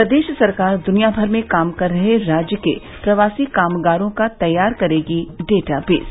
प्रदेश सरकार द्निया भर में काम कर रहे राज्य के प्रवासी कामगारों का तैयार करेगी डेटाबेस